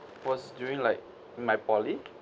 was during like my polytechnic